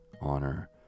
honor